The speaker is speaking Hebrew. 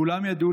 כולם ידעו,